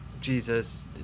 Jesus